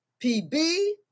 PB